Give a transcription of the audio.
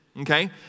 okay